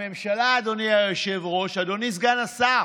הממשלה, אדוני היושב-ראש, אדוני סגן השר,